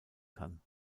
kann